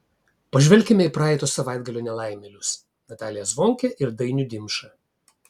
pažvelkime į praeito savaitgalio nelaimėlius nataliją zvonkę ir dainių dimšą